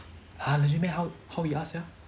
!huh! legit meh how how he ask sia